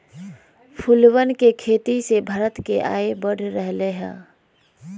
फूलवन के खेती से भारत के आय बढ़ रहले है